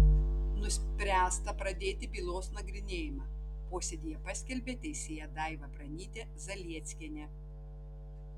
nuspręsta pradėti bylos nagrinėjimą posėdyje paskelbė teisėja daiva pranytė zalieckienė